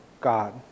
God